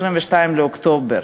ב-22 באוקטובר,